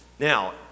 Now